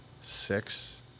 six